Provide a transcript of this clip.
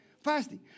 Fasting